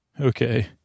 Okay